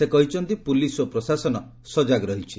ସେ କହିଛନ୍ତି ପୁଲିସ ଓ ପ୍ରଶାସନ ସଜାଗ ରହିଛନ୍ତି